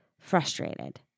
frustrated